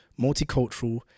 multicultural